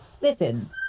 Listen